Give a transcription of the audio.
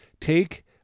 take